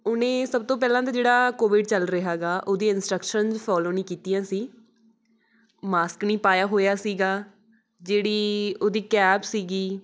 ਉਹਨੇ ਸਭ ਤੋਂ ਪਹਿਲਾਂ ਤਾਂ ਜਿਹੜਾ ਕੋਵਿਡ ਚੱਲ ਰਿਹਾ ਗਾ ਉਹਦੀ ਇੰਸਟਰਕਸ਼ਨਸ ਫੋਲੋ ਨਹੀਂ ਕੀਤੀਆਂ ਸੀ ਮਾਸਕ ਨਹੀਂ ਪਾਇਆ ਹੋਇਆ ਸੀਗਾ ਜਿਹੜੀ ਉਹਦੀ ਕੈਬ ਸੀਗੀ